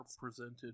presented